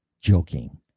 joking